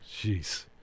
Jeez